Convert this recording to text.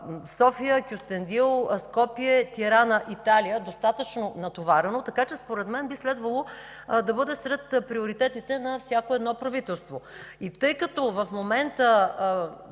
София, Кюстендил, Скопие, Тирана, Италия. Достатъчно е натоварено, затова според мен би следвало да бъде сред приоритетите на всяко правителство. Тъй като в момента